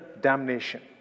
damnation